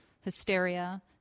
hysteria